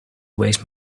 waste